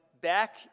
back